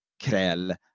Krell